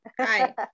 Hi